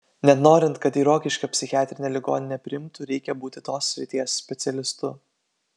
net norint kad į rokiškio psichiatrinę ligoninę priimtų reikia būti tos srities specialistu